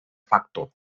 facto